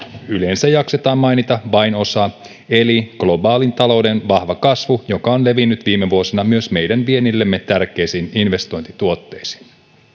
yleensä jaksetaan mainita vain osa eli globaalin talouden vahva kasvu joka on levinnyt viime vuosina myös meidän viennillemme tärkeisiin investointituotteisiin